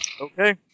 Okay